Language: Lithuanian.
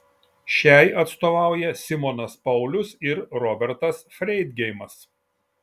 šiai atstovauja simonas paulius ir robertas freidgeimas